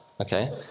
okay